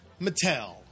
Mattel